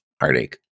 heartache